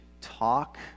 talk